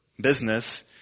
business